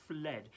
fled